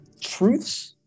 truths